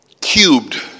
Cubed